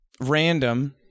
random